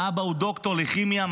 האבא הוא דוקטור לכימיה,